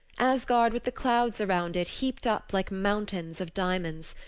asgard with the clouds around it heaped up like mountains of diamonds!